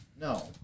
No